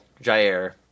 Jair